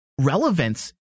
relevance